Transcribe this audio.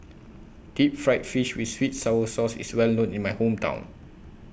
Deep Fried Fish with Sweet Sour Sauce IS Well known in My Hometown